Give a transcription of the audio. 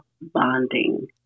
bonding